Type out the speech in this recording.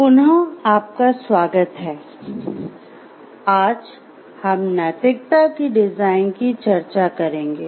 पुनः आपका स्वागत है आज हम नैतिकता की डिजाइन की चर्चा करेंगे